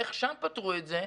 איך שם פתרו את זה?